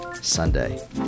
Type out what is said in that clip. Sunday